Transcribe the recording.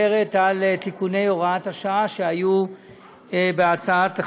(תיקון והוראת שעה) (הרחבת הזכאות